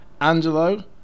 Angelo